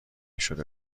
شده